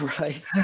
Right